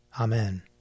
Amen